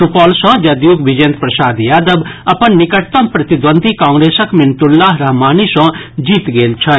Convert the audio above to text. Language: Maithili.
सुपौल सॅ जदयूक विजेन्द्र प्रसाद यादव अपन निकटतम प्रतिद्वंदी कांग्रेसक मिनतुल्लाह रहमानी सॅ जीत गेल छथि